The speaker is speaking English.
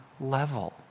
level